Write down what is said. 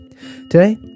Today